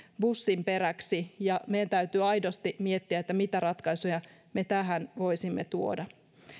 bussinperäksi ja meidän täytyy aidosti miettiä mitä ratkaisuja me tähän voisimme tuoda